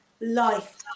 life